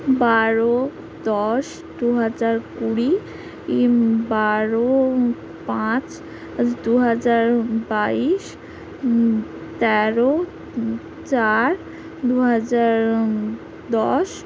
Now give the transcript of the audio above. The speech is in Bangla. বারো দশ দু হাজার কুড়ি বারো পাঁচ দু হাজার বাইশ তেরো চার দু হাজার দশ